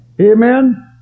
Amen